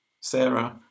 Sarah